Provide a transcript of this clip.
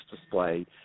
display